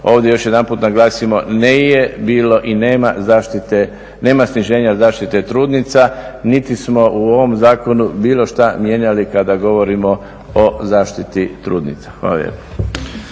ovdje još jedanput naglasimo, nije bilo i nema sniženja zaštite trudnica, niti smo u ovom zakonu bilo šta mijenjali kada govorimo o zaštiti trudnica.